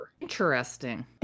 Interesting